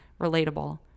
relatable